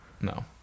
No